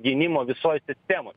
gynimo visoj sistemoj